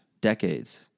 decades